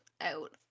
out